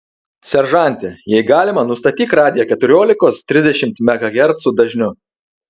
seržante jei galima nustatyk radiją keturiolikos trisdešimt megahercų dažniu